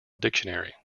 dictionary